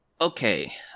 Okay